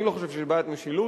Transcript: אני לא חושב שיש בעיית משילות.